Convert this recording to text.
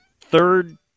third